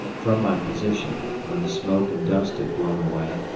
from my position, when the smoke and dust had blown away,